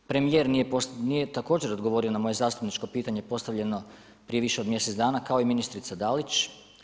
Premijer nije također odgovorio na moje zastupničko pitanje postavljeno prije više od mjesec dana kao i ministrica Dalić.